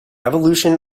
evolution